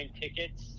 tickets